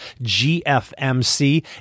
gfmc